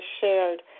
shared